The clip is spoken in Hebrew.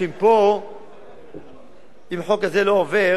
שאם החוק הזה לא עובר,